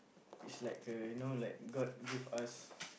it's like a you know like god give us